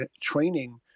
training